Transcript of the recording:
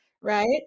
right